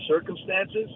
circumstances